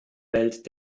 welt